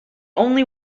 only